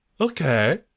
Okay